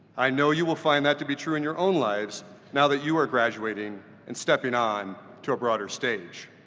i know you will find that to be true in your own lives now that you are graduating and stepping on to a broader stage.